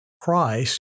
Christ